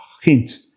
hint